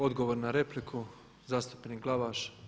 Odgovor na repliku, zastupnik Glavaš.